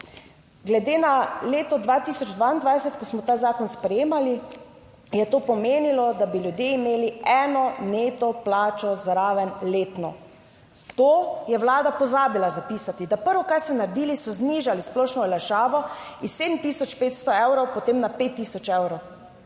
Glede na leto 2022, ko smo ta zakon sprejemali, je to pomenilo, da bi ljudje imeli eno neto plačo zraven letno. To je Vlada pozabila zapisati, da prvo kar so naredili, so znižali splošno olajšavo iz 7500 evrov potem na 5000 evrov.